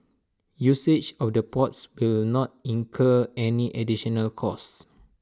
usage of the ports will not incur any additional costs